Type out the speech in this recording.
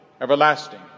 everlasting